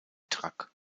track